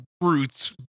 roots